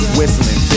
whistling